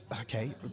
Okay